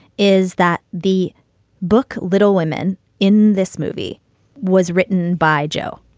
is that the book little women in this movie was written by joe.